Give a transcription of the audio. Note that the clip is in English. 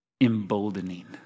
emboldening